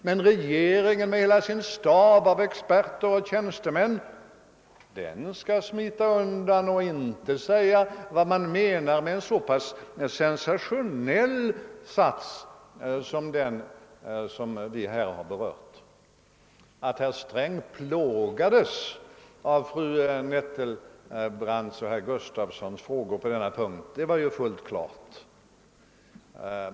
Regeringen däremot med hela sin stab av experter och tjänstemän skall smita undan och inte säga vad man menar med en så pass sensationell sats som den vi här berört. Att herr Sträng plågades av fru Nettelbrandts och herr Gustafsons i Göteborg frågor på denna punkt var fullt klart.